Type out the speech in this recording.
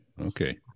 okay